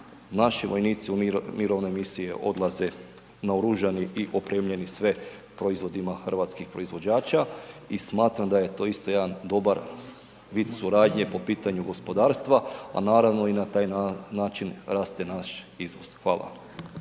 naši vojnici u mirovnoj misiji odlaze naoružani i opremljeni sve proizvodima hrvatskih proizvođača i smatram da je to isto jedan dobar vid suradnje po pitanju gospodarstva, a naravno i na taj način raste naš izvoz. Hvala.